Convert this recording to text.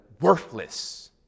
worthless